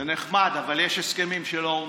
זה נחמד, אבל יש הסכמים שלא הונחו.